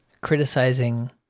criticizing